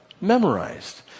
memorized